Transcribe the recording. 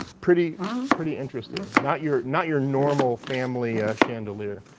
pretty pretty interesting. not your not your normal family chandelier.